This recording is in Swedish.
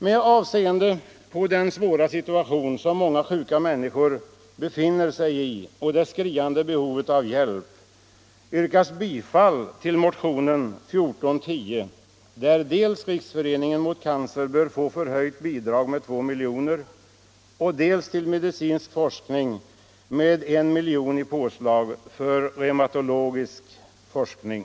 Med hänsyn till den svåra situation som många sjuka människor befinner sig i och det skriande behovet av hjälp yrkar jag bifall till motionen 1975:1410, vari hemställs dels att Riksföreningen mot cancer får ett med 2 milj.kr. förhöjt bidrag, dels att reservationsanslaget Medicinsk forskning höjs med 1 milj.kr. att användas till reumatologisk forskning.